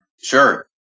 sure